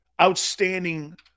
Outstanding